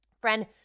Friend